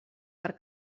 per